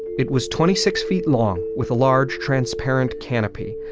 it was twenty six feet long with a large, transparent canopy,